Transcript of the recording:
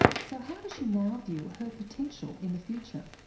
so how does she now view her potential in the future?